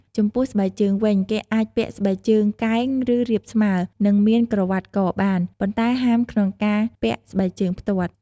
ចំពោះស្បែកជើងវិញ គេអាចពាក់ស្បែកជើងកែង ឬ រាបស្មើ និងមានក្រវាត់ក៏បាន ប៉ុន្តែហាមក្នុងការពាក់ស្បែកជើងផ្ទាត់ ។